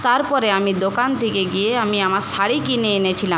তার পরে আমি দোকান থেকে গিয়ে আমি আমার শাড়ি কিনে এনেছিলাম